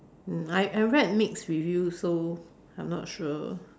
mm I I read Nick's review so I'm not sure